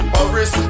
Paris